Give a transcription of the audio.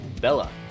Bella